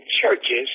churches